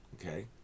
Okay